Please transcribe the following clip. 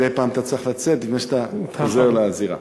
מדי פעם אתה צריך לצאת לפני שאתה חוזר לזירה.